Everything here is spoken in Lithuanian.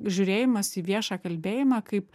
žiūrėjimas į viešą kalbėjimą kaip